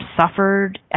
suffered